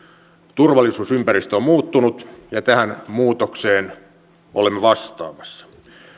turvallisuusympäristö on muuttunut ja tähän muutokseen olemme vastaamassa